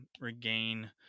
regain